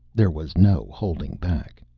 there was no holding back.